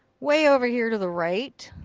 way over here to the right.